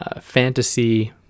fantasy